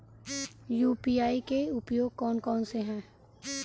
UPI के उपयोग कौन कौन से हैं?